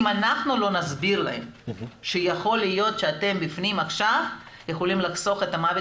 אם אנחנו לא נסביר להם שיכול להיות שאתם עכשיו יכולים לחסוך את המוות